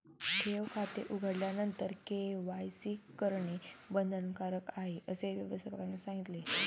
ठेव खाते उघडल्यानंतर के.वाय.सी करणे बंधनकारक आहे, असे व्यवस्थापकाने सांगितले